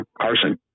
Carson